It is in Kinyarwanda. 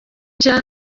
nshya